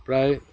প্ৰায়